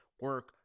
Work